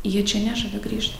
jie čia nežada grįžt